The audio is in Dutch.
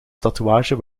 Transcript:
tatoeage